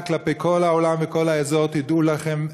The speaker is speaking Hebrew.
כלפי כל העולם וכל האזור: תדעו לכם,